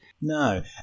No